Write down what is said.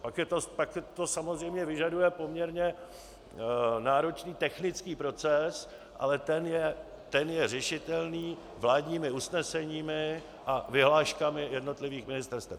Pak to samozřejmě vyžaduje poměrně náročný technický proces, ale ten je řešitelný vládními usneseními a vyhláškami jednotlivých ministerstev.